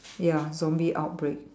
ya zombie outbreak